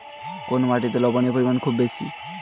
কোন মাটিতে লবণের পরিমাণ খুব বেশি?